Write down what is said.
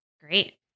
Great